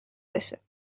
بشه